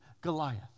Goliath